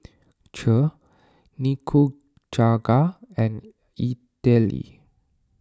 Kheer Nikujaga and Idili